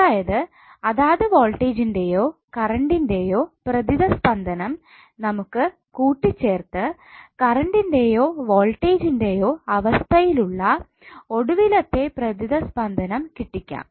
അതായത് അതാത് വോൾട്ടേജിന്റെയോകരണ്ട്ന്റെയോ പ്രതിതസ്പന്ദനം നമുക്ക് കൂട്ടിച്ചേർത്ത് കറണ്ട്ന്റെയോ വോൾട്ടേജിന്റെയോ അവസ്ഥയിലുള്ള ഒടുവിലത്തെ പ്രതിതസ്പന്ദനം കിട്ടിക്കാം